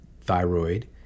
thyroid